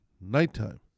nighttime